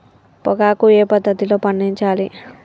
పొగాకు ఏ పద్ధతిలో పండించాలి?